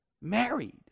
married